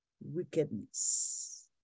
wickedness